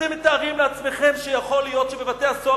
אתם מתארים לעצמכם שיכול להיות שבבתי-הסוהר